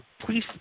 please